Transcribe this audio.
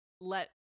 let